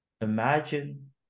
imagine